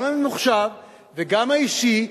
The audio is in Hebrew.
גם הממוחשב וגם האישי,